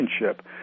relationship